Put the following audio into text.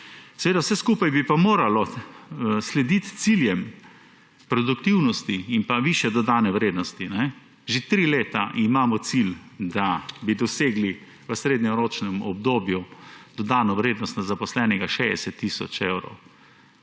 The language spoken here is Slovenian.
Vse skupaj bi pa moralo slediti ciljem produktivnosti in višje dodane vrednosti. Že tri leta imamo cilj, da bi dosegli v srednjeročnem obdobju dodano vrednost na zaposlenega 60 tisoč evrov.